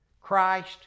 Christ